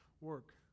work